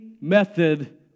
method